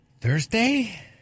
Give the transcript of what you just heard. Thursday